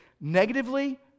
negatively